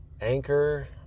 Anchor